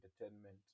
entertainment